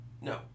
No